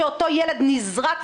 שאותו ילד נזרק,